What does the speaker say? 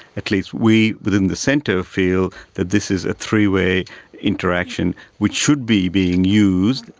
at least we within the centre feel that this is a three-way interaction which should be being used,